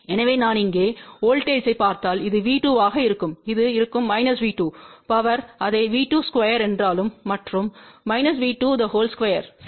எனவே நான் இங்கே வோல்ட்டேஜ்த்தைப் பார்த்தால் இது V2 ஆக இருக்கும் இது இருக்கும் V2பவர் அதே V22என்றாலும் மற்றும் 2சரி